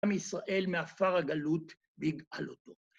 ‫עם ישראל מעפר הגלות ויגאל אותו.